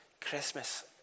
Christmas